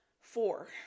Four